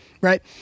Right